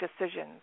decisions